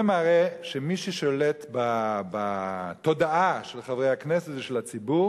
זה מראה שמי ששולט בתודעה של חברי הכנסת ושל הציבור